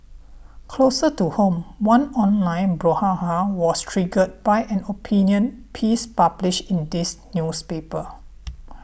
closer to home one online brouhaha was triggered by an opinion piece published in this newspaper